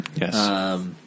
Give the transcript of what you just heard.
Yes